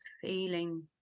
feeling